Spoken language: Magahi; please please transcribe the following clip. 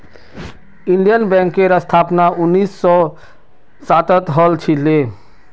इंडियन बैंकेर स्थापना उन्नीस सौ सातत हल छिले